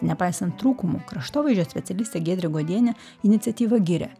nepaisant trūkumų kraštovaizdžio specialistė giedrė godienė iniciatyvą giria